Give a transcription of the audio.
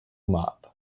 mop